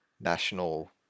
national